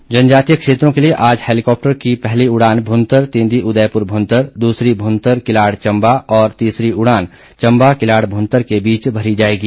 उड़ान जनजातीय क्षेत्रों के लिए आज हेलिकॉप्टर की पहली उड़ान भुंतर तिंदी उदयपुर भुंतर दूसरी भुंतर किलाड़ चम्बा और तीसरी उड़ान चम्बा किलाड़ भुंतर के बीच भरी जाएगी